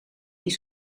die